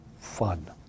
fun